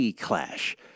clash